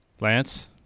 Lance